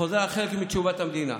חלק מתשובת המדינה: